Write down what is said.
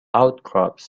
outcrops